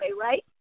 right